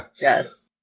yes